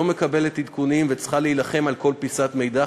לא מקבלת עדכונים וצריכה להילחם על כל פיסת מידע.